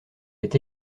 est